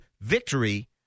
VICTORY